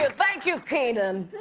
ah thank you, kenan.